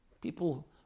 People